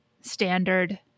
standard